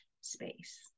space